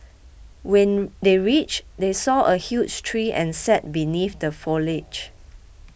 when they reached they saw a huge tree and sat beneath the foliage